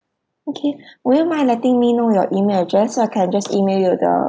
okay would you mind letting me know your email address so I can just email you the